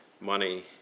money